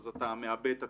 אז אתה מעבה את התביעות,